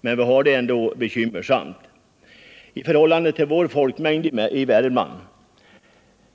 Men vi har det ändå bekymmersamt. I förhållande till folkmängden i Värmland